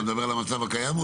אתה מדבר על המצב הקיים?